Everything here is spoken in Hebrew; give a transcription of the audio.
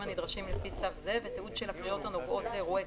הנדרשים לפי צו זה ותיעוד של הקריאות הנוגעות לאירועי